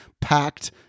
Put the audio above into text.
packed